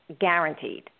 guaranteed